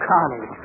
Connie